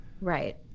Right